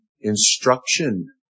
instruction